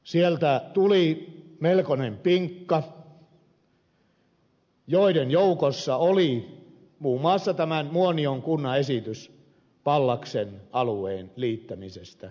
sieltä tuli melkoinen pinkka ja joukossa oli muun muassa muonion kunnan esitys pallaksen alueen liittämisestä muonion kuntaan